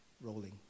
rolling